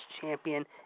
champion